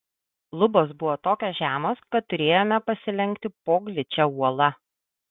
lubos buvo tokios žemos kad turėjome pasilenkti po gličia uola